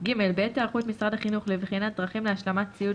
(ג) בעת היערכות משרד החינוך לבחינת דרכים להשלמת ציוד